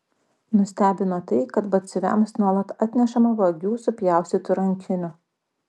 nustebino tai kad batsiuviams nuolat atnešama vagių supjaustytų rankinių